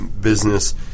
business